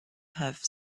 have